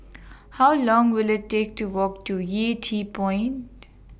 How Long Will IT Take to Walk to Yew Tee Point